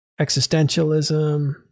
existentialism